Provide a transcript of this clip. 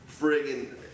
friggin